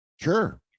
Sure